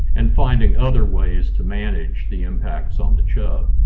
and finding other ways to manage the impacts on the chub.